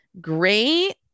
great